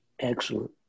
Excellent